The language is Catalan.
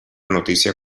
notícia